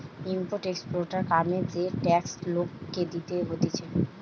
import exporter কামে যে tax লোককে দিতে হতিছে